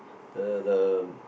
the the